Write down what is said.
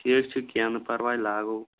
ٹھیٖک چھُ کینٛہہ نہٕ پَرواے لاگو